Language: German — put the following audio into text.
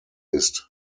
ist